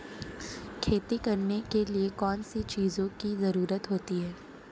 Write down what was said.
खेती करने के लिए कौनसी चीज़ों की ज़रूरत होती हैं?